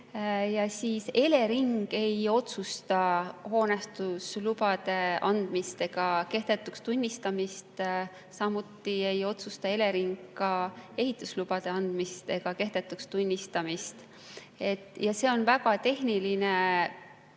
Elering ei otsusta hoonestuslubade andmist ega kehtetuks tunnistamist. Samuti ei otsusta Elering ehituslubade andmist ega kehtetuks tunnistamist. See on väga tehniline